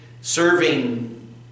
serving